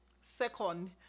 Second